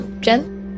Jen